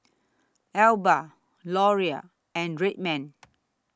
Alba Laurier and Red Man